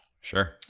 sure